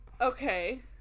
okay